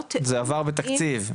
זה עבר בתקציב.